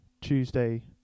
Tuesday